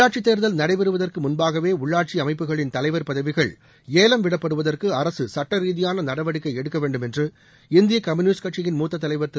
உள்ளாட்சி தேர்தல் நடைபெறுவதற்கு முன்பாகவே உள்ளாட்சி அமைப்புகளின் தலைவர் பதவிகள் ஏலம் விடப்படுவதற்கு அரசு சுட்ட ரீதியான நடவடிக்கை எடுக்க வேண்டும் என்று இந்திய கம்யூனிஸ்ட் கட்சியின் மூத்த தலைவர் திரு